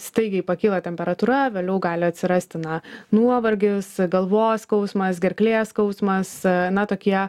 staigiai pakyla temperatūra vėliau gali atsirasti na nuovargis galvos skausmas gerklės skausmas na tokie